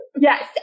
Yes